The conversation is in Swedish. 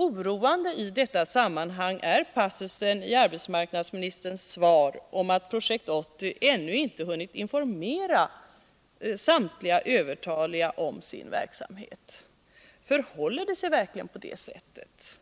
Oroande i detta sammanhang är passusen i arbetsmarknadsministerns svar om att Projekt 80 ännu inte hunnit informera samtliga övertaliga om sin verksamhet. Förhåller det sig verkligen på det sättet?